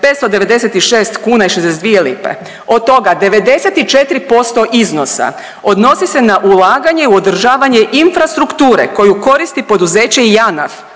596 kuna i 62 lipe, od toga 94% iznosa odnosi se na ulaganje u održavanje infrastrukture koju koristi poduzeće Janaf